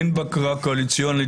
אין בקרה קואליציונית,